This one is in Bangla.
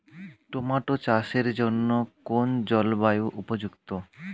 টোমাটো চাষের জন্য কোন জলবায়ু উপযুক্ত?